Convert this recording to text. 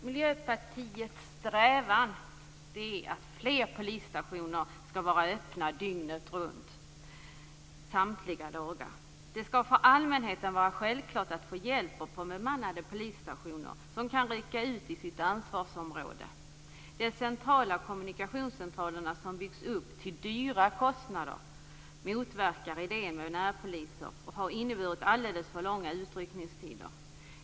Miljöpartiets strävan är att fler polisstationer skall vara öppna dygnet runt samtliga dagar. Det skall för allmänheten vara självklart att man får hjälp på bemannande polisstationer, varifrån poliserna kan rycka ut i sitt ansvarsområde. De centrala kommunikationscentraler som byggts upp till höga kostnader motverkar idén bakom närpolisen och har inneburit alldeles för långa utryckningstider.